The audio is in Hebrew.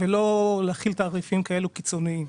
ולא להחיל תעריפים כאלו קיצוניים.